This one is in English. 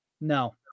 No